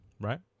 right